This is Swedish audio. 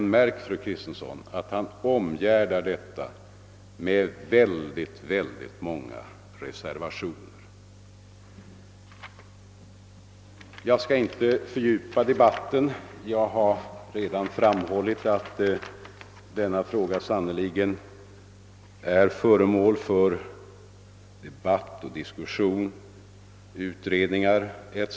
Men märk väl, fru Kristensson, att han omgärdar detta svar med alla dessa reservationer. Jag skall inte fördjupa debatten ytterligare. Jag har redan framhållit att denna fråga sannerligen är föremål för debatt och utredningar.